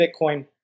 Bitcoin